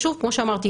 כמו שאמרתי,